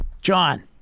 John